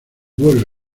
vuelo